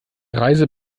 reise